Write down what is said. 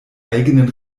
eigenen